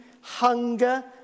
hunger